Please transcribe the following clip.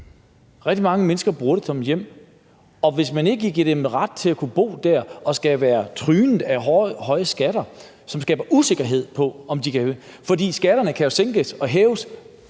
rigtig mange mennesker bruger det som et hjem, og hvis man ikke vil give dem en ret til at kunne bo der, og de skal være trynet af høje skatter, som skaber usikkerhed – for skatterne kan jo sænkes og hæves,